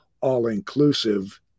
all-inclusive